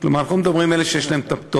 כלומר אנחנו לא מדברים על אלה שיש להם פטור.